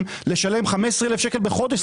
לשלם 15,000 שקלים בחודש שכר דירה.